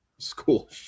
school